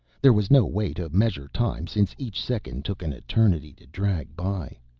there was no way to measure time since each second took an eternity to drag by.